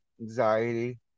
anxiety